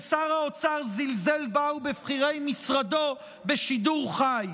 ושר האוצר זלזל בה ובבכירי משרדו בשידור חי,